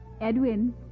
Edwin